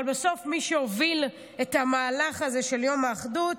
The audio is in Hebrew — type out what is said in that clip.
אבל בסוף מי שהוביל את המהלך הזה של יום האחדות,